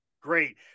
great